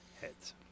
heads